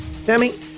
Sammy